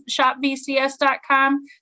shopvcs.com